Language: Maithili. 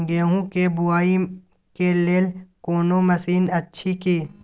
गेहूँ के बुआई के लेल कोनो मसीन अछि की?